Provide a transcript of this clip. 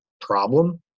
problem